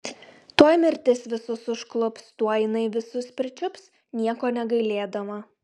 tuoj mirtis visus užklups tuoj jinai visus pričiups nieko negailėdama